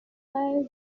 cents